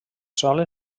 solen